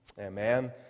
Amen